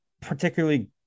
particularly